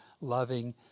loving